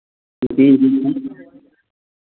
जी जी